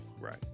Right